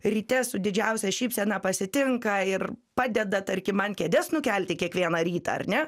ryte su didžiausia šypsena pasitinka ir padeda tarkim man kėdes nukelti kiekvieną rytą ar ne